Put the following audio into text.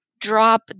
drop